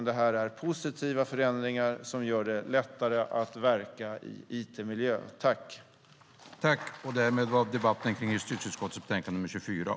Det är positiva förändringar som gör det lättare att verka i it-miljö.